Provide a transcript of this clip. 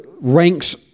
ranks